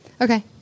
Okay